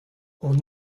hon